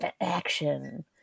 action